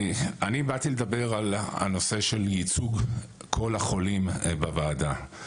אני באתי לדבר על הנושא של ייצוג כל החולים בוועדה.